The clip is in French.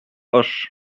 auch